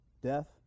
death